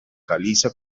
caliza